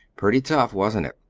pretty tough, wasn't it?